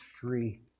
free